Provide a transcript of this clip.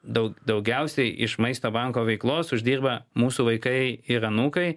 daugiausiai iš maisto banko veiklos uždirba mūsų vaikai ir anūkai